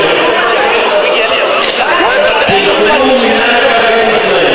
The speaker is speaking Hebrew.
בשנת 1998 פרסמו מינהל מקרקעי ישראל,